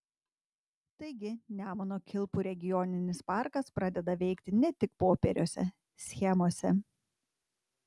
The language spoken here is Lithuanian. taigi nemuno kilpų regioninis parkas pradeda veikti ne tik popieriuose schemose